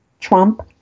Trump